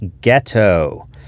ghetto